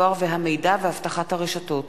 הדואר והמידע ואבטחת הרשתות,